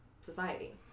society